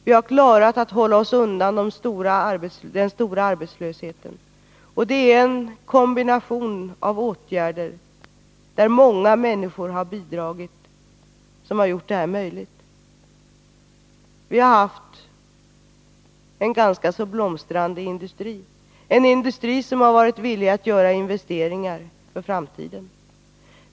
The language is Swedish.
Vi har klarat att hålla oss undan den stora arbetslösheten. Och det är en kombination av åtgärder, där många människor har bidragit, som har gjort detta möjligt. Vi har haft en rätt så blomstrande industri, som har varit villig att göra satsningar för framtiden.